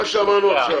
מי בעד?